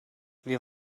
wir